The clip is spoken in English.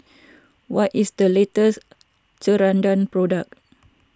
what is the latest Ceradan product